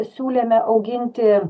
siūlėme auginti